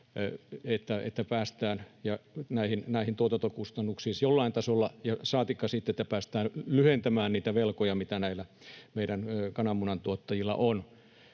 että päästään näihin tuotantokustannuksiin edes jollain tasolla, saatikka sitten että päästään lyhentämään niitä velkoja, mitä näillä meidän kananmunantuottajilla on.